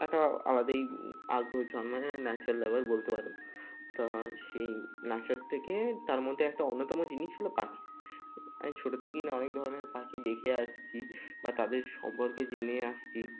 একটা আলাদাই আগ্রহ জন্মায় নেচার লাভার বলতে পারো তখন সেই নেচার থেকে তার মধ্যে একটা অন্যতম জিনিস হলো পাখি আমি ছোটো থেকেই না অনেক ধরনের পাখি দেখে আসছি বা তাদের সম্পর্কে জেনে আসছি